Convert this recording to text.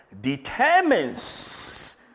determines